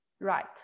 Right